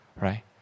right